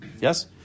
Yes